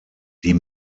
die